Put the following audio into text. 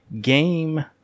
game